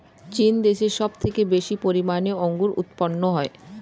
চীন দেশে সব থেকে বেশি পরিমাণে আঙ্গুর উৎপন্ন হয়